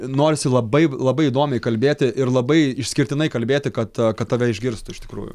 norisi labai labai įdomiai kalbėti ir labai išskirtinai kalbėti kad kad tave išgirstų iš tikrųjų